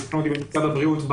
יתקנו אותי ממשרד הבריאות,